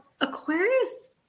Aquarius